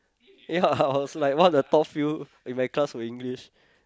ya I was like one of the top few in my class for English